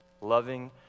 Loving